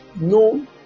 no